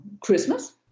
Christmas